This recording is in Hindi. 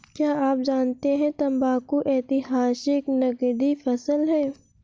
क्या आप जानते है तंबाकू ऐतिहासिक नकदी फसल है